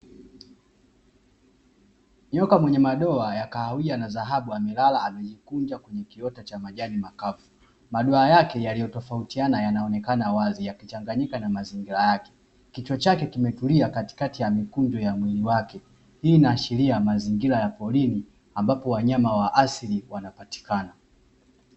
Nyoka mwenye madoa ya kahawia na dhahabu amelala amejikunja kwenye kiota cha majani makavu. Madoa yake yaliyotofautiana yanaonekana wazi yakichanganyika na mazingira yake. Kichwa chake kimetulia katikati ya mikunjo ya mwili wake, hii inashiria mazingira ya porini ambapo wanyama wa asili wanapatikana.